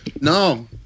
no